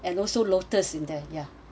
and also lotus in there ya